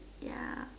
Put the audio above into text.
ya